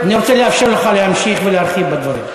אני רוצה לאפשר לך להמשיך ולהרחיב בדברים.